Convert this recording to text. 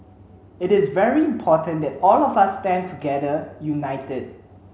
it is very important that all of us stand together united